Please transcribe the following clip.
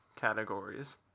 categories